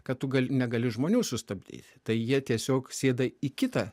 kad tu gal negali žmonių sustabdyti tai jie tiesiog sėda į kitą